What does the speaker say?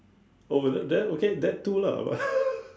oh is it that okay that too lah but